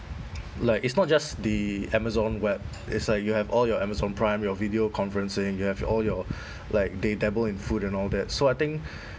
like it's not just the amazon web is like you have all your amazon prime your video conferencing you have all your like they dabble in food and all that so I think